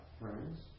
friends